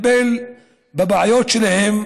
שנטפל בבעיות שלהם,